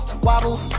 wobble